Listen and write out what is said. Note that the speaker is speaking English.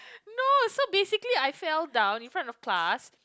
no so basically I fell down in front of the class